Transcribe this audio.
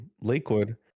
Lakewood